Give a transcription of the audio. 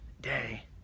day